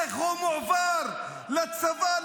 איך הוא מועבר לצבא,